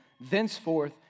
thenceforth